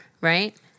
right